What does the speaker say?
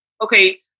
okay